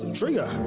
trigger